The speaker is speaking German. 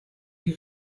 die